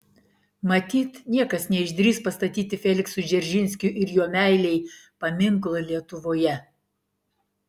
matyt niekas neišdrįs pastatyti feliksui dzeržinskiui ir jo meilei paminklo lietuvoje